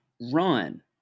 run